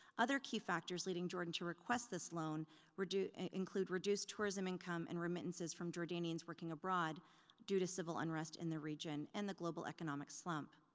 other key factors leading jordan to request this loan include reduced tourist um income and remittances from jordanians working abroad due to civil unrest in the region and the global economic slump.